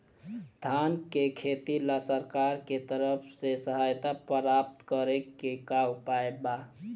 धान के खेती ला सरकार के तरफ से सहायता प्राप्त करें के का उपाय बा?